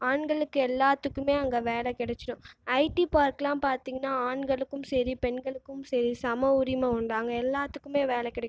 ஆண்களுக்கு எல்லாத்துக்குமே அங்கே வேலை கிடைச்சிடும் ஐடி பார்க்கெலாம் பார்த்திங்கனா ஆண்களுக்கும் சரி பெண்களுக்கும் சரி சம உரிமை உண்டு அங்கே எல்லாத்துக்குமே வேலை கிடைக்கும்